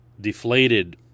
deflated